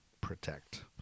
protect